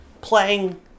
playing